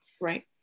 Right